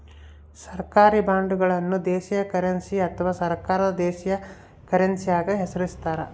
ಸರ್ಕಾರಿ ಬಾಂಡ್ಗಳನ್ನು ವಿದೇಶಿ ಕರೆನ್ಸಿ ಅಥವಾ ಸರ್ಕಾರದ ದೇಶೀಯ ಕರೆನ್ಸ್ಯಾಗ ಹೆಸರಿಸ್ತಾರ